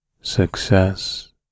success